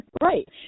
Right